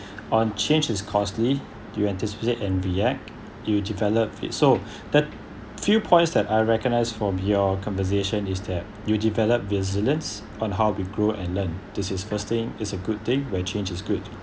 on change is costly you anticipate and react you develop it so that few points that I recognize from your conversation is that you develop resilience on how we grow and learn this is first thing is a good thing when change is good